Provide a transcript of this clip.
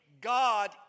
God